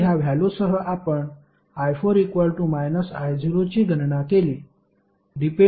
तर या व्हॅल्युसह आपण i4 I0 ची गणना केली